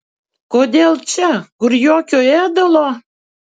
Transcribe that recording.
kodėl čia kur jokio ėdalo